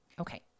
Okay